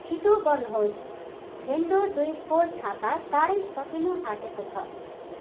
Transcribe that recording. छिटो गर्नुहोस् फेन्डो दुई फोल्ड छाता चाँडै सकिन आँटेको छ